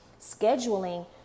scheduling